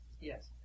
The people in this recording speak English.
yes